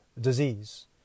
disease